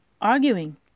arguing